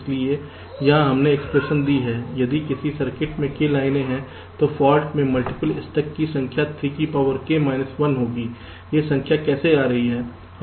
इसलिए यहां हमने एक्सप्रेशन दी है यदि किसी सर्किट में k लाइनें हैं तो फाल्ट में मल्टीपल स्टक की संख्या 3k 1 होगी यह संख्या कैसे आ रही है